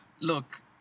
look